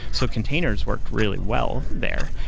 so containers worked really well there.